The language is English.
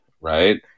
right